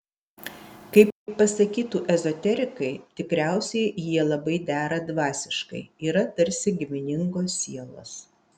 kaip pasakytų ezoterikai tikriausiai jie labai dera dvasiškai yra tarsi giminingos sielos